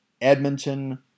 Edmonton